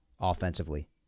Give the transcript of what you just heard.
offensively